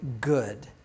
good